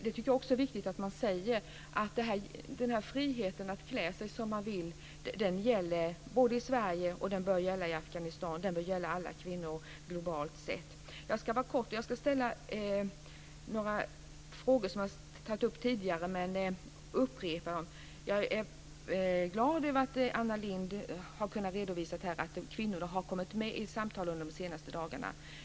Det är viktigt att man säger att friheten att klä sig som man vill gäller både i Sverige och i Afghanistan och alla kvinnor globalt sett. Jag ska ställa några frågor som jag tagit upp tidigare men som jag vill upprepa. Jag är glad över att Anna Lindh här har kunnat redovisa att kvinnorna har kommit med i samtalen under de senaste dagarna.